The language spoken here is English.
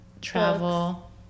Travel